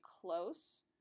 close